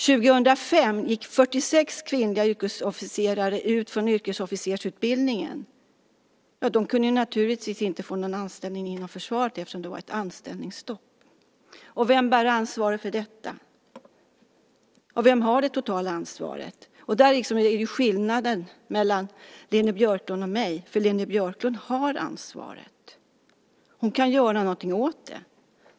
2005 gick 46 kvinnliga yrkesofficerare ut från yrkesofficersutbildningen, men de kunde naturligtvis inte få någon anställning inom försvaret eftersom där rådde anställningsstopp. Vem bär ansvaret för detta? Vem har det totala ansvaret? Däri ligger skillnaden mellan Leni Björklund och mig, för Leni Björklund har ansvaret. Hon kan göra något åt det.